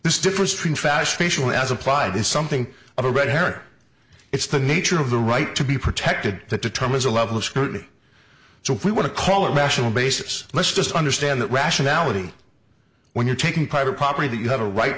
this difference between fashion as applied is something of a red here it's the nature of the right to be protected that determines the level of scrutiny so if we want to call it a rational basis let's just understand that rationality when you're taking private property that you have a right